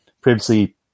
previously